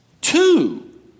two